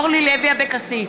אורלי לוי אבקסיס,